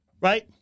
Right